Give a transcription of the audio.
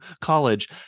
college